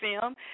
film